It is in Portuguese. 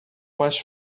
mais